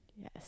Yes